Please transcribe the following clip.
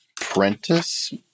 Prentice